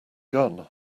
gun